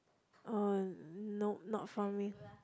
uh no not for me